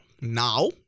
now